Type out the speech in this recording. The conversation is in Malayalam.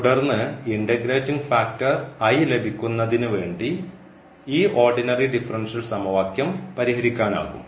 തുടർന്ന് ഇന്റഗ്രേറ്റിംഗ് ഫാക്ടർ ലഭിക്കുന്നതിന് വേണ്ടി ഈ ഓർഡിനറി ഡിഫറൻഷ്യൽ സമവാക്യം പരിഹരിക്കാനാകും